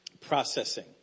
processing